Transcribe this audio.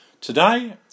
Today